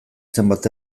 zenbait